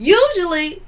usually